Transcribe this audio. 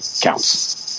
counts